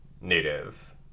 native